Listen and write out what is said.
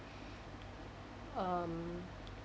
um